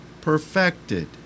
perfected